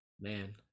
man